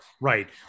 Right